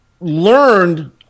learned